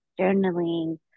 journaling